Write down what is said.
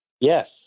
Yes